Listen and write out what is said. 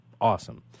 awesome